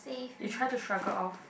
you try to struggle off